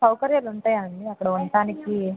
సౌకర్యాలు ఉంటాయా అండి అక్కడ ఉండటానికి